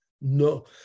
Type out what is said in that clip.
no